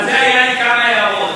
על זה היו לי כמה הערות.